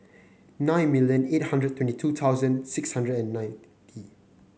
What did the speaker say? nine million eight hundred and twenty two thousand six hundred and ninety